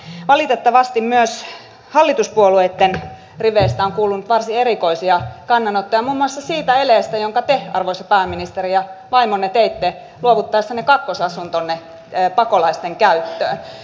valitettavasti myös hallituspuolueitten riveistä on kuulunut varsin erikoisia kannanottoja muun muassa siitä eleestä jonka te arvoisa pääministeri ja vaimonne teitte luovuttaessanne kakkosasuntonne pakolaisten käyttöön